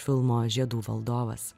filmo žiedų valdovas